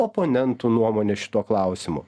oponentų nuomonę šituo klausimu